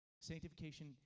Sanctification